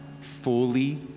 fully